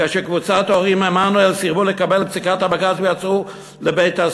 כשקבוצת הורים מעמנואל סירבו לקבל את פסיקת הבג"ץ ונכנסו לבית-הכלא,